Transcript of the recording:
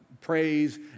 praise